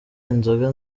inzoga